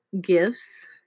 gifts